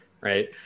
Right